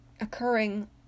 occurring